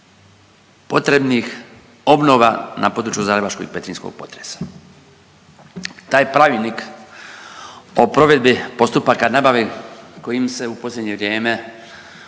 potrebnih obnova na području zagrebačkog i petrinjskog potresa. Taj pravilnik o provedbi postupaka nabave kojim se u posljednje vrijeme